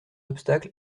obstacle